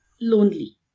lonely